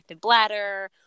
bladder